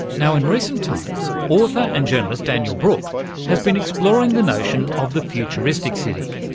now, in recent times, author and journalist daniel brook has been exploring the notion of the futuristic city,